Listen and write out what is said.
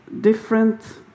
different